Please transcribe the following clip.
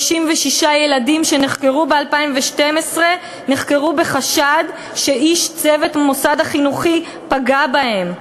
36 ילדים שנחקרו ב-2012 נחקרו בחשד שאיש צוות המוסד החינוכי פגע בהם.